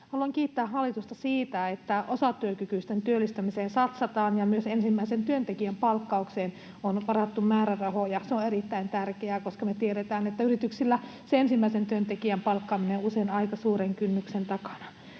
Haluan kiittää hallitusta siitä, että osatyökykyisten työllistämiseen satsataan ja myös ensimmäisen työntekijän palkkaukseen on varattu määrärahoja. Se on erittäin tärkeää, koska me tiedetään, että yrityksillä se ensimmäisen työntekijän palkkaaminen on usein aika suuren kynnyksen takana.